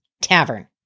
Tavern